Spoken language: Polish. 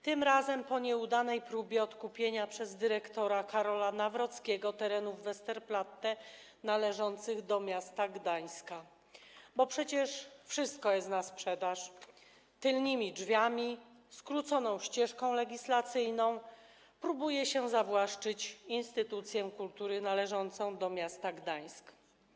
Tym razem, po nieudanej próbie odkupienia przez dyrektora Karola Nawrockiego terenów Westerplatte należących do Gdańska - bo przecież wszystko jest na sprzedaż - tylnymi drzwiami, skróconą ścieżką legislacyjną, próbuje się zawłaszczyć instytucję kultury należącą do miasta Gdańska.